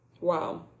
Wow